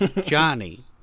Johnny